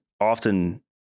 often